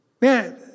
man